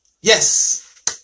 yes